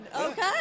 Okay